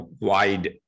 wide